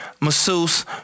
masseuse